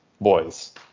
boys